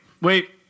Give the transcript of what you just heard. wait